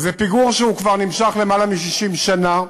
וזה פיגור שנמשך כבר למעלה מ-60 שנה.